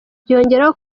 yongeraho